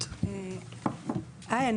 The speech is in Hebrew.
היי.